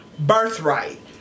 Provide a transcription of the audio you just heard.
birthright